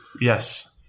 Yes